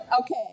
Okay